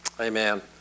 Amen